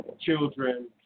children